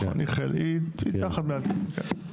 נכון, היא תחת מינהל התכנון.